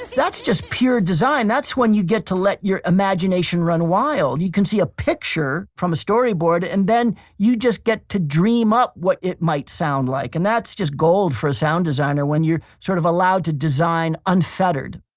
that's just pure design. that's when you get to let your imagination run wild. you can see a picture from a storyboard, and then you just get to dream up what it might sound like. and that's just gold for a sound designer, when you're sort of allowed to design unfettered